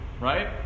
right